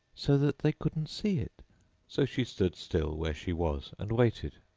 so that they couldn't see it so she stood still where she was, and waited.